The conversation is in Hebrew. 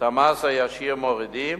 את המס הישיר מורידים,